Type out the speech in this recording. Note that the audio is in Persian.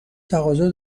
تقاضا